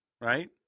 right